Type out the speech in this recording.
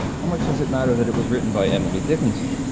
how much does it matter that it was written by emily dickinson?